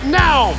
now